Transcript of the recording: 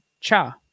cha